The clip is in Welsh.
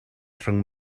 rhwng